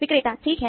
विक्रेता ठीक है